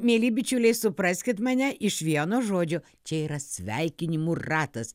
mieli bičiuliai supraskit mane iš vieno žodžio čia yra sveikinimų ratas